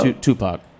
Tupac